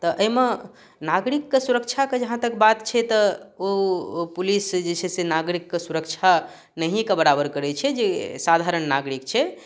तऽ अइमे नागरिकके सुरक्षाके जहाँ तक बात छै तऽ ओ पुलिस जे छै से नागरिकके सुरक्षा नहियेके बराबर करै छै जे साधारण नागरिक छै